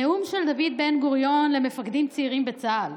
בנאום של דוד בן-גוריון למפקדים צעירים בצה"ל